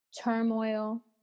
turmoil